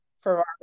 Ferrari